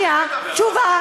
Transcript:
אני מדבר על